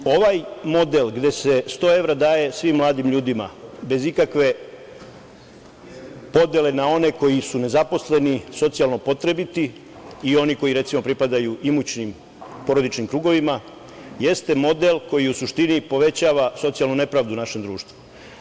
Ovaj model gde se sto evra daje svim mladim ljudima, bez ikakve podele na one koji su nezaposleni, socijalno potrebiti i oni koji, recimo, pripadaju imućnim porodičnim krugovima, jeste model koji u suštini povećava socijalnu nepravdu u našem društvu.